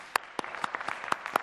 (מחיאות כפיים)